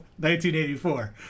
1984